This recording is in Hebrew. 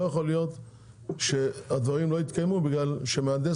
לא יכול להיות שהדברים לא יתקיימו בגלל שמהנדס